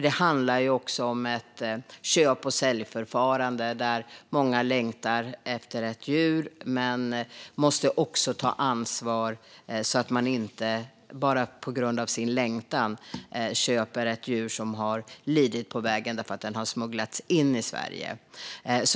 Det handlar om ett köp och säljförfarande där många längtar efter ett djur, men man måste också ta ansvar så att man inte på grund av sin längtan köper ett djur som har lidit på vägen därför att det har smugglats in i Sverige.